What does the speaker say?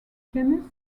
chemist